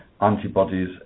antibodies